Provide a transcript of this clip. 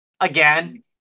Again